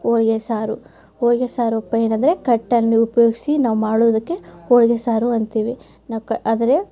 ಹೋಳ್ಗೆ ಸಾರು ಹೋಳಿಗೆ ಸಾರು ಅಪ್ಪ ಏನೆಂದರೆ ಕಟ್ಟನ್ನು ಉಪಯೋಗ್ಸಿ ನಾವು ಮಾಡೋದಕ್ಕೆ ಹೋಳ್ಗೆ ಸಾರು ಅಂತೀವಿ ನಾವು ಕ್ ಆದರೆ